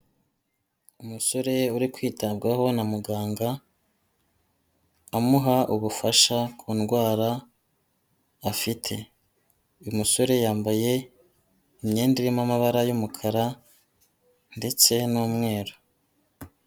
Umusore uri kwitabwaho na muganga, amuha ubufasha ku ndwara afite. Uyu musore yambaye imyenda irimo amabara y'umukara ndetse n'umweru.